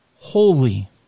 holy